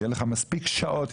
שיהיו לך מספיק שעות,